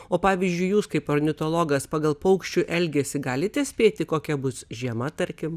o pavyzdžiui jūs kaip ornitologas pagal paukščių elgesį galite spėti kokia bus žiema tarkim